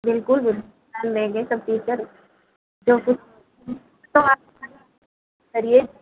बिल्कुल बिल्कुल मैम सब चीज पर जो कुछ करिए